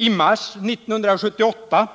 I maj 1978